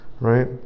Right